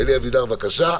אלי אבידר, בבקשה.